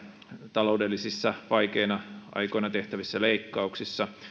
taloudellisesti vaikeina aikoina tehtävissä leikkauksissa